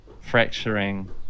fracturing